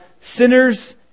sinners